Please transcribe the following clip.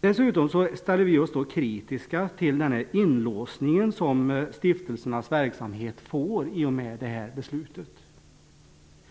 Dessutom ställer vi oss kritiska till inlåsningen som stiftelsernas verksamhet får i och med det här beslutet.